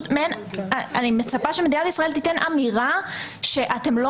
אני מצפה שמדינת ישראל תיתן אמירה: אתם לא